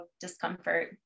discomfort